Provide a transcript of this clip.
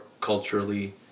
culturally